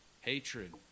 hatred